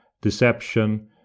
deception